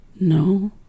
No